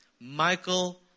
Michael